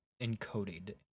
encoded